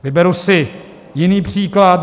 Vyberu si jiný příklad.